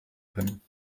können